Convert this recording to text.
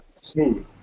smooth